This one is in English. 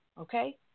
Okay